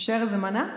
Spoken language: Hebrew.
שתישאר איזו מנה.